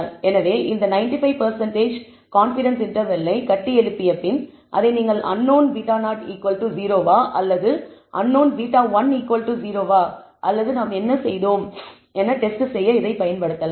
எனவே இந்த 95 சதவிகித கான்பிடன்ஸ் இன்டர்வெல்லை கட்டியெழுப்பிய பின் அதை நீங்கள் அன்னோன் β0 0 வா அல்லது அன்னோன் β1 0 வா அல்லது நாம் என்ன செய்தோம் என டெஸ்ட் செய்ய இதைப் பயன்படுத்தலாம்